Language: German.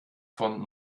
von